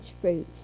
fruit